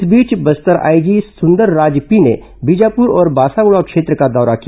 इस बीच Bastar IG Sundarraj P ने बीजापुर और बासागुड़ा क्षेत्र का दौरा किया